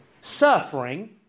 suffering